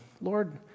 Lord